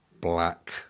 black